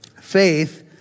Faith